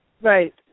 Right